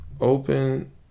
open